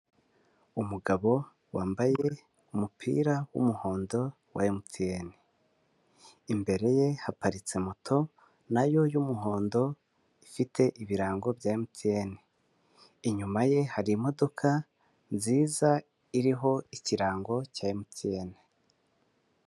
Umugabo wambaye umupira w'umuhondo wa mtn, imbere ye haparitse moto nayo y'umuhondo ifite ibirango bya mtn, inyuma ye hari imodoka nziza iriho ikirango cya mtn.